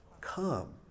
Come